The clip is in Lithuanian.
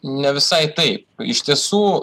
ne visai taip iš tiesų